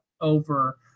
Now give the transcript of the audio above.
over